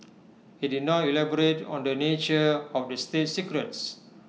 IT did not elaborate on the nature of the state secrets